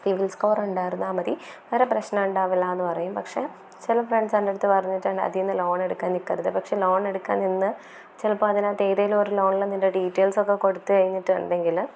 CIBIL സ്കോറുണ്ടായിരുന്നാൽ മതി വേറെ പ്രശ്നം ഉണ്ടാകില്ലായെന്ന് പറയും പക്ഷെ ചില ഫ്രണ്ട്സ് എൻ്റെയടുത്ത് പറഞ്ഞിട്ടുണ്ട് അതിൽ നിന്ന് ലോണെടുക്കാൻ നിൽക്കരുത് പക്ഷെ ലോണെടുക്കാൻ നിന്നാൽ ചിലപ്പോൾ അതിനകത്ത് ഏതെങ്കിലും ഒരു ലോണിൽ നിൻ്റെ ഡീറ്റെയ്ൽസൊക്കെ കൊടുത്തുകഴിഞ്ഞിട്ടുണ്ടെങ്കിൽ